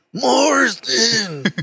Morrison